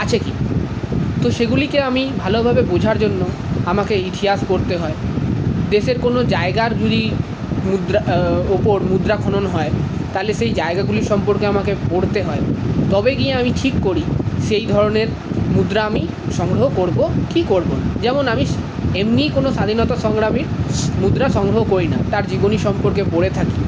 আছে কিনা তো সেগুলিকে আমি ভালোভাবে বোঝার জন্য আপনাকে ইতিহাস পড়তে হয় দেশের কোনো জায়গার যদি মুদ্রা উপর মুদ্রা খনন হয় তালে সেই জায়গাগুলি সম্পর্কে আমাকে পড়তে হয় তবে গিয়ে আমি ঠিক করি সেই ধরণের মুদ্রা আমি সংগ্রহ করব কি করব না যেমন আমি এমনি কোনো স্বাধীনতা সংগ্রামীর মুদ্রা সংগ্রহ করি না তার জীবনী সম্পর্কে পড়ে থাকি